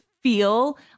feel